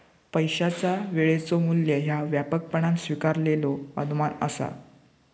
पैशाचा वेळेचो मू्ल्य ह्या व्यापकपणान स्वीकारलेलो अनुमान असा